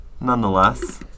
Nonetheless